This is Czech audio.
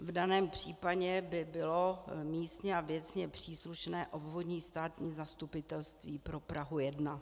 V daném případě by bylo místně a věcně příslušné Obvodní státní zastupitelství pro Prahu 1.